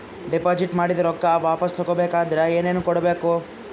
Deposit ಮಾಡಿದ ರೊಕ್ಕ ವಾಪಸ್ ತಗೊಬೇಕಾದ್ರ ಏನೇನು ಕೊಡಬೇಕು?